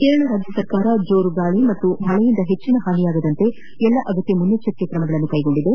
ಕೇರಳ ರಾಜ್ಯ ಸರ್ಕಾರ ಜೋರು ಗಾಳಿ ಮತ್ತು ಮಳೆಯಿಂದ ಹೆಚ್ಚಿನ ಹಾನಿಯಾಗದಂತೆ ಎಲ್ಲ ಅಗತ್ಯ ಮುನ್ನೆಚ್ಚರಿಕೆ ಕ್ರಮಗಳನ್ನು ಕೈಗೊಂಡಿದೆ